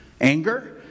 Anger